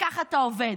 וככה אתה עובד.